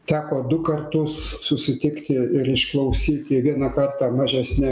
teko du kartus susitikti ir išklausyti vieną kartą mažesne